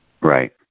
Right